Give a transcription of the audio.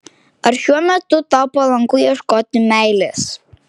ar šiuo metu tau palanku ieškoti meilės